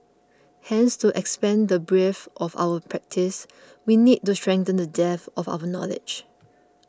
hence to expand the breadth of our practice we need to strengthen the depth of our knowledge